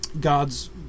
God's